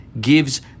gives